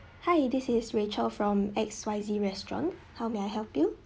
hi this is rachel from X Y Z restaurant how may I help you